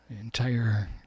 entire